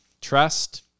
Trust